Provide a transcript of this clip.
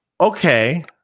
okay